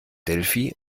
delphi